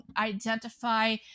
identify